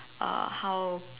uh how